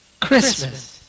Christmas